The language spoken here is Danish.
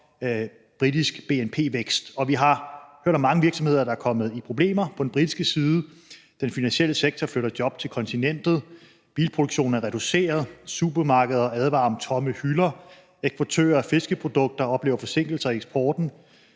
britisk bnp-vækst, og vi har hørt om mange virksomheder, der er kommet i problemer på den britiske side. Den finansielle sektor flytter job til kontinentet, bilproduktionen er reduceret, supermarkeder advarer om tomme hylder, eksportører af fiskeprodukter oplever forsinkelser i eksporten.